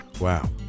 Wow